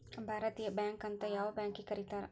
ಭಾರತೇಯ ಬ್ಯಾಂಕ್ ಅಂತ್ ಯಾವ್ ಬ್ಯಾಂಕಿಗ್ ಕರೇತಾರ್?